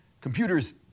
computers